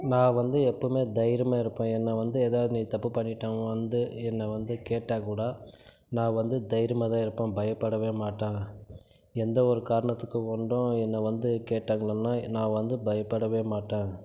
நான் வந்து எப்போதுமே தைரியமாக இருப்பேன் என்னை வந்து எதாவது நீ தப்பு பண்ணிட்டேன்னு வந்து என்னை வந்து கேட்டால்கூட நான் வந்து தைரியமாக தான் இருப்பேன் பயப்படவே மாட்டேன் எந்த ஒரு காரணத்துக்கு கொண்டும் என்னை வந்து கேட்டாங்களான்னால் நான் வந்து பயப்படவே மாட்டேன்